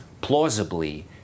plausibly